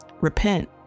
Repent